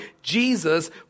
Jesus